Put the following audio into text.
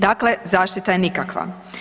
Dakle, zaštita je nikakva.